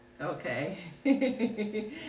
okay